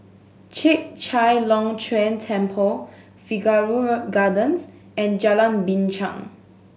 Chek Chai Long Chuen Temple Figaro Gardens and Jalan Binchang